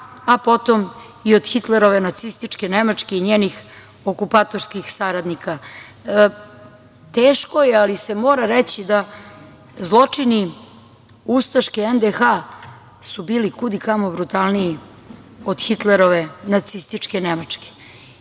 a potom i od Hitlerove Nacističke Nemačke i njenih okupatorskih saradnika. Teško je, ali se mora reći da zločini ustaške NDH su bili kud i kamo brutalniji od Hitlerove Nacističke Nemačke